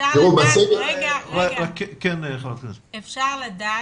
אפשר לדעת,